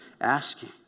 asking